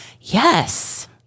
Yes